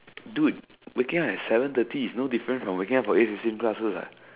dude waking up at seven thirty is no different from waking up for eight fifteen classes what